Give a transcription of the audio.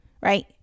right